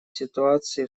ситуации